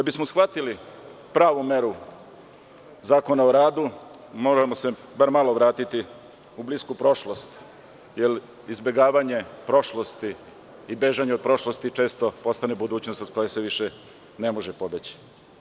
Da bismo shvatili pravu meru Zakona o radu, moramo se bar malo vratiti u blisku prošlost, jer izbegavanje prošlosti i bežanje od prošlosti često postaje budućnost od koje se više ne može pobeći.